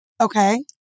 Okay